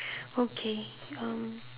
okay um